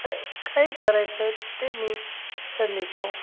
काही काही करायचे आहे ते मी त्याच्यात लिहितो